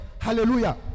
Hallelujah